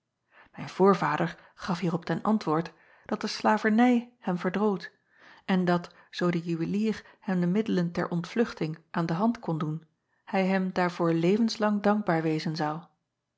ijn voorvader gaf hierop ten antwoord dat de slavernij hem verdroot en dat zoo de juwelier hem de middelen ter ontvluchting aan de hand kon doen hij hem daarvoor levenslang dankbaar wezen zou